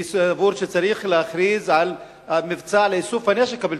אני סבור שצריך להכריז על מבצע לאיסוף הנשק הבלתי-חוקי,